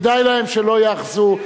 כדאי להם שלא יאחזו,